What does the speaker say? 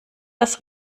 das